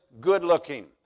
good-looking